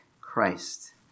Christ